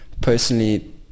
personally